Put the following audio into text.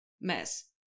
mess